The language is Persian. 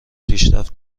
پیشرفت